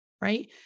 right